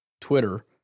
Twitter